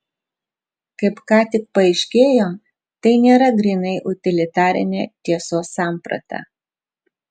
kaip ką tik paaiškėjo tai nėra grynai utilitarinė tiesos samprata